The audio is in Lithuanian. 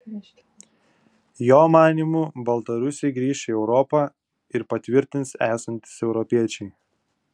jo manymu baltarusiai grįš į europą ir patvirtins esantys europiečiai